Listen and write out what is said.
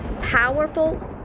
Powerful